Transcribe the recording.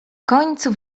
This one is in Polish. końcu